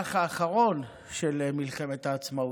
במהלך האחרון של מלחמת העצמאות.